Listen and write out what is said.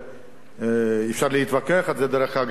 אפשר להתווכח על זה, דרך אגב.